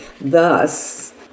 thus